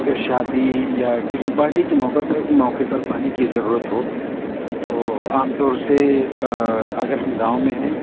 اگر شادی یا کسی پارٹی کے موقعہ پر موقعے پر پانی کی ضرورت ہو تو عام طور سے اگر ہم گاؤں ميں ہيں